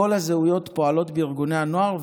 כל הזהויות פועלות בארגוני הנוער,